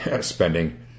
spending